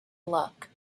luck